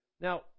Now